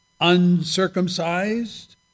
uncircumcised